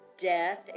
Death